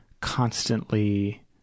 constantly